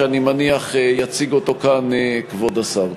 שאני מניח שיציג אותו כאן כבוד השר.